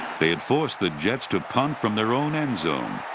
they had forced the jets to punt from their own end zone.